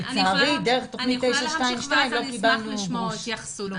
לצערי דרך תוכנית 922 לא קיבלנו גרוש.